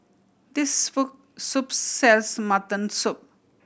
this soup sells mutton soup